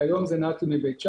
כיום זה נתי מבית שאן,